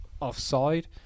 offside